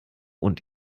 und